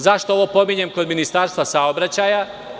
Zašto ovo pominjem kod Ministarstva saobraćaja?